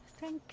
Thank